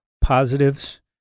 positives